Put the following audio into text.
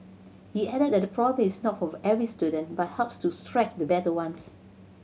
he added that the problem is not for every student but helps to stretch the better ones